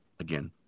again